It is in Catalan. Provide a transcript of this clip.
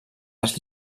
les